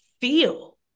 feel